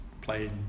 playing